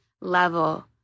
level